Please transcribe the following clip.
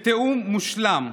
בתיאום מושלם,